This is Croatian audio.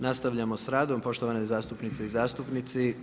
Nastavljamo s radom, poštovane zastupnice i zastupnici.